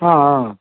ஆ ஆ